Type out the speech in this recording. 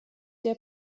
der